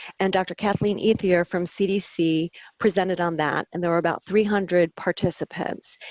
and dr. kathleen ethier from cdc presented on that, and there were about three hundred participants.